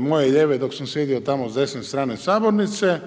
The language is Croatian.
moje lijeve dok sam sjedio tamo s desne strane sabornice